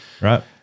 Right